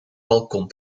balkon